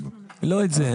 לא את זה.